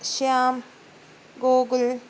Shyam Gokul